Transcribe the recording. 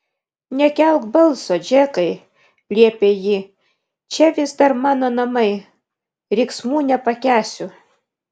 nekelk balso džekai liepė ji čia vis dar mano namai riksmų nepakęsiu